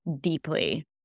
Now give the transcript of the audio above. deeply